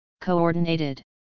Coordinated